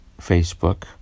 Facebook